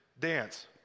dance